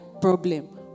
problem